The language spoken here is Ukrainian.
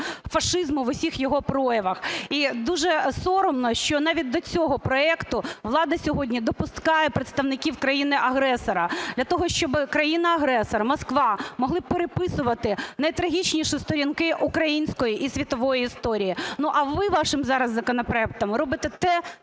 фашизму в усіх його проявах. І дуже соромно, що навіть до цього проекту влада сьогодні допускає представників країни-агресора для того, щоб країна-агресор, Москва, могла переписувати найтрагічніші сторінки української і світової історії. А ви вашим зараз законопроектом робите те